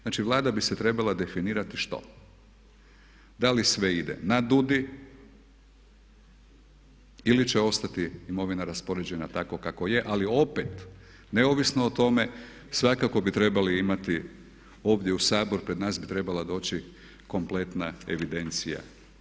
Znači Vlada bi se trebala definirati što, da li sve ide na DUUDI ili će ostati imovina raspoređena tako kako je ali opet neovisno o tome svakako bi trebali imati, ovdje u Sabor pred nas bi trebala doći kompletna evidencija.